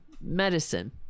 medicine